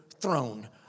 throne